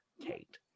Kate